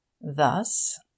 Thus